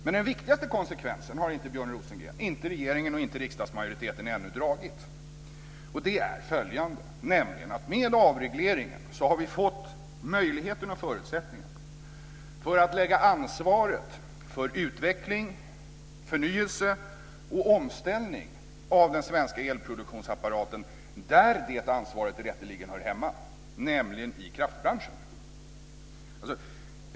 Men den viktigaste konsekvensen har inte Björn Rosengren, regeringen och riksdagsmajoriteten ännu dragit. Och den är följande: Med avregleringen har vi fått möjligheten och förutsättningarna för att lägga ansvaret för utveckling, förnyelse och omställning av den svenska elproduktionsapparaten där det ansvaret rätteligen hör hemma, nämligen i kraftbranschen.